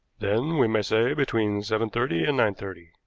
then we may say between seven-thirty and nine-thirty,